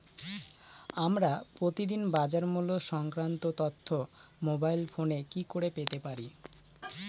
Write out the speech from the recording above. আমরা প্রতিদিন বাজার মূল্য সংক্রান্ত তথ্য মোবাইল ফোনে কি করে পেতে পারি?